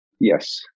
Yes